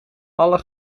alle